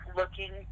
looking